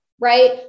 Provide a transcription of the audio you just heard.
right